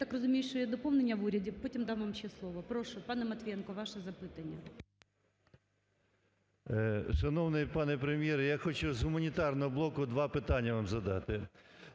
та розумію, що є доповнення в уряді. Потім дам вам ще слово. Прошу: пане Матвієнко, ваше запитання. 10:32:30 МАТВІЄНКО А.С. Шановний пане Прем'єр, я хочу з гуманітарного блоку два питання вам задати.